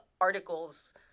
articles